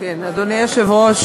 אדוני היושב-ראש,